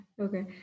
Okay